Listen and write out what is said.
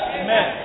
amen